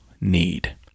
need